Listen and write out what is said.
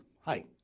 hi